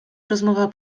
rozmowa